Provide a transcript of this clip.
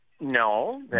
No